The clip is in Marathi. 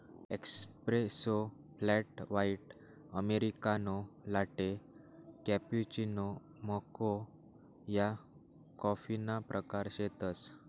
espresso, flat white, americano, latte, cappuccino, mocha या कॉफीना प्रकार शेतसं